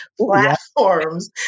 platforms